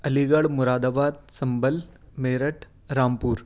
Ali Garh Moradabad Sambhal Meerut Rampur